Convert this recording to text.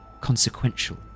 consequential